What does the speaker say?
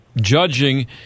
judging